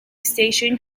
station